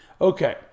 Okay